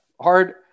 Hard